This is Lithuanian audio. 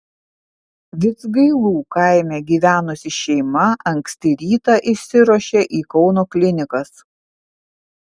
vidzgailų kaime gyvenusi šeima anksti rytą išsiruošė į kauno klinikas